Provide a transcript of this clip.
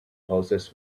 houses